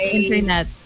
internet